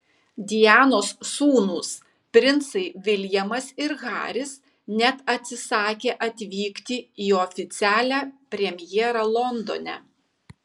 dianos sūnūs princai viljamas ir haris net atsisakė atvykti į oficialią premjerą londone